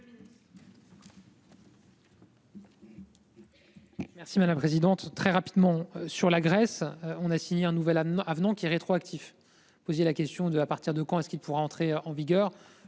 Merci madame présidente très rapidement sur la Grèce. On a signé un nouvel avenant avenant qui rétroactif posiez la question de à partir de quand est-ce qu'il pourra entrer en vigueur.